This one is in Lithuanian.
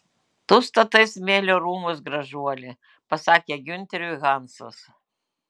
tu statai smėlio rūmus gražuoli pasakė giunteriui hansas